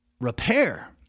repair